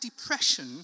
depression